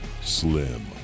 Slim